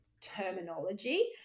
terminology